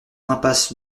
impasse